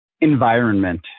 Environment